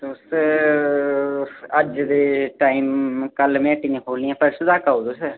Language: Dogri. तुस अज्ज दे टाइम कल्ल में हट्टी नेईं खोह्लनी ऐ परसों तक आओ तुस